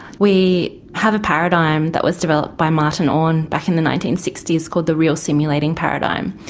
we have a paradigm that was developed by martin orne back in the nineteen sixty s called the real simulating paradigm,